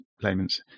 payments